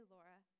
Laura